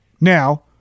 now